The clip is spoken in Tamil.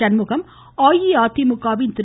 சண்முகம் அஇஅதிமுக வின் திரு